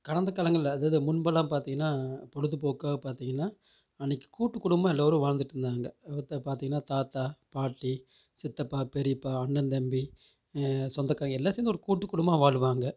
கடந்த காலங்களில் அதாவது முன்பெல்லாம் பார்த்தீங்கனா பொழுதுபோக்காக பார்த்தீங்கனா அன்றைக்கு கூட்டுக்குடும்பம் எல்லோரும் வாழ்ந்துகிட்டு இருந்தாங்க அப்போ பார்த்தீங்கனா தாத்தா பாட்டி சித்தப்பா பெரியப்பா அண்ணன் தம்பி சொந்தக்காரங்கள் எல்லாேரும் சேர்ந்து ஒரு கூட்டுக்குடும்பமாக வாழுவாங்க